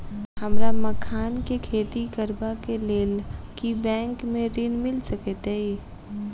हमरा मखान केँ खेती करबाक केँ लेल की बैंक मै ऋण मिल सकैत अई?